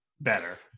better